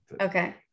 okay